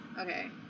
Okay